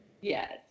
Yes